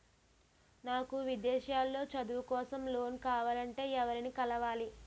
నాకు విదేశాలలో చదువు కోసం లోన్ కావాలంటే ఎవరిని కలవాలి?